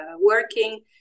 working